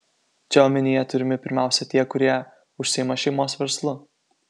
čia omenyje turimi pirmiausia tie kurie užsiima šeimos verslu